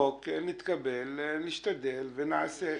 נתקבל חוק, נשתדל ונעשה.